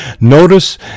notice